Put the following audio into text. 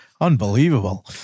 unbelievable